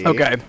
Okay